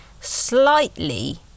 slightly